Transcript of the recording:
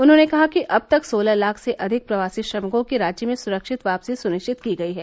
उन्होंने कहा कि अब तक सोलह लाख से अधिक प्रवासी श्रमिकों की राज्य में सुरक्षित वापसी सुनिश्चित की गयी है